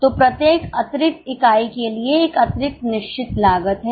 तो प्रत्येक अतिरिक्त इकाई के लिए एक अतिरिक्त निश्चित लागत है